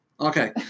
Okay